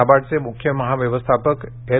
नाबार्डचे मुख्य महाव्यवस्थापक एल